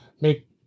make